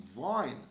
vine